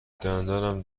دندانم